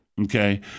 okay